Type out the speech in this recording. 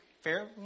fair